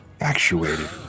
actuated